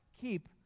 keep